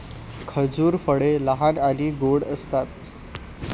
खजूर फळे लहान आणि गोड असतात